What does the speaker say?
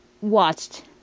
watched